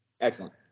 Excellent